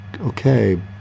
okay